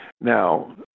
Now